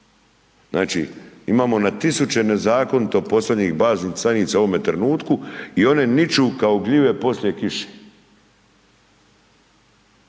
Znači, imamo na tisuće nezakonito postavljenih baznih stanica u ovome trenutku i one niču kao gljive poslije kiše,